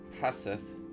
passeth